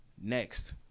Next